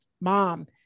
mom